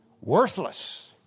Worthless